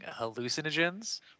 hallucinogens